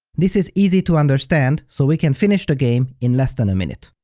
this is easy to understand, so we can finish the game in less than a minute.